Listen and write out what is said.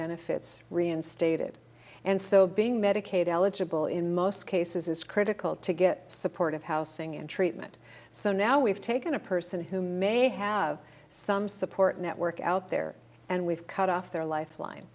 benefits reinstated and so being medicaid eligible in most cases is critical to get supportive housing and treatment so now we've taken a person who may have some support network out there and we've cut off their lifeline